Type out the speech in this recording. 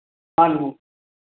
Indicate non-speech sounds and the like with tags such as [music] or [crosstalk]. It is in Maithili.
[unintelligible]